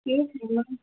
ठीक है मैम